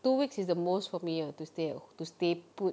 two weeks is the most for me ah to stay at ho~ to stay put